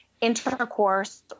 intercourse